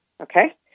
Okay